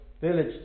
village